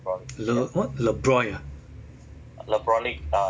labr~ what lebroit ah